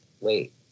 wait